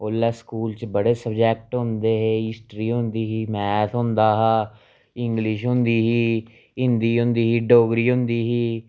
ओल्लै स्कूल च बड़े सब्जैक्ट होंदे हे हिस्टरी होंदी ही मैथ होंदा हा इंग्लिश होंदी ही हिंदी होंदी ही डोगरी होंदी ही